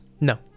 No